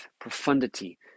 profundity